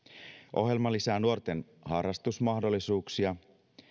ohjelma lisää nuorten harrastusmahdollisuuksia